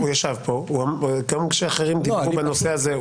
הוא ישב פה וגם כשאחרים דיברו בנושא הזה,